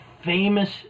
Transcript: famous